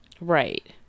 Right